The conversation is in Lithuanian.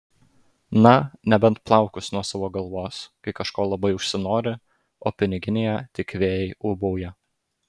na nebent plaukus nuo savo galvos kai kažko labai užsinori o piniginėje tik vėjai ūbauja